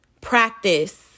practice